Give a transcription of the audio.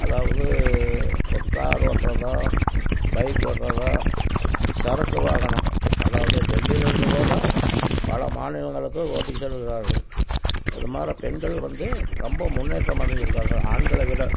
அதாவது இப்போ கார் ஓட்டுறதா பைக் ஓட்டுறதா சரக்கு வாகனம் அதாவது டெல்லியில் இருந்து கூட பல மாநிலங்களுக்கு ஓட்டி செல்கிறார்கள் இது மாரி பெண்கள் வந்து ரொம்ப முன்னேற்றம் அடைந்திருக்கிறார்கள் ஆண்களை விட